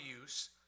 use